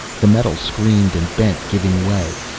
the metal screamed and bent, giving way.